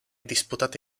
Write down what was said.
disputate